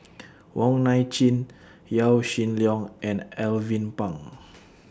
Wong Nai Chin Yaw Shin Leong and Alvin Pang